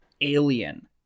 Alien